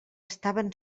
estaven